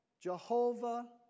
Jehovah